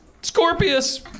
Scorpius